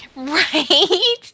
Right